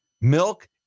milk